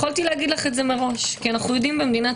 יכולתי לומר לך את זה מראש כי אנו יודעים במדינת